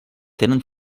tenen